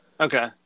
Okay